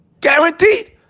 Guaranteed